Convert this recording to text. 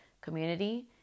community